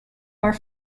are